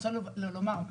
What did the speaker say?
אני רוצה לומר משהו.